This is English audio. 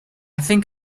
think